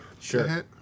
Sure